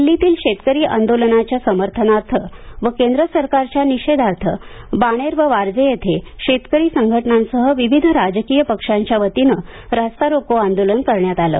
दिल्लीतील शेतकरी आंदोलनाच्या समर्थनार्थ व केंद्र सरकारच्या निषेधार्थ बाणेर व वारजे येथे शेतकरी संघटनांसह विविध राजकीय पक्षांच्या वतीने रास्ता रोको आंदोलन करण्यात आले